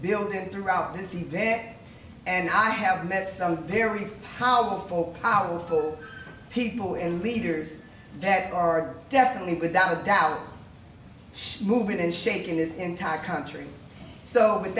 building throughout this event and i have met some very powerful powerful people and leaders that are definitely without a doubt she's moving and shaking the entire country so